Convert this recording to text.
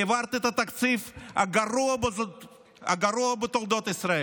העברת את התקציב הגרוע בתולדות ישראל.